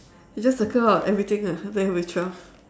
we just circle out everything ah then it will be twelve